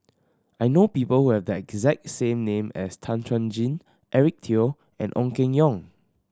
I know people who have the exact same name as Tan Chuan Jin Eric Teo and Ong Keng Yong